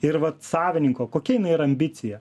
ir vat savininko kokia jinai yra ambicija